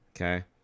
Okay